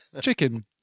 Chicken